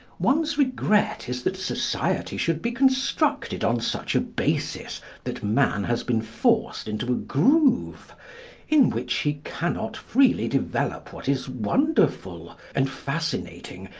one's regret is that society should be constructed on such a basis that man has been forced into a groove in which he cannot freely develop what is wonderful, and fascinating,